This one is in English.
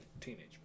Teenage